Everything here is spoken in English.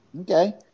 Okay